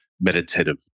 meditative